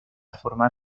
formar